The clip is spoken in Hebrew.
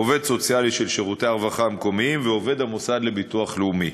עובד סוציאלי של שירותי הרווחה המקומיים ועובד המוסד לביטוח לאומי".